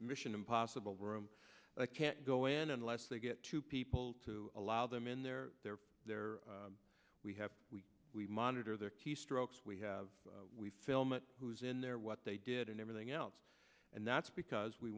mission impossible room i can't go in unless they get two people to allow them in there they're there we have we monitor their keystrokes we have we film it who's in there what they did and everything else and that's because we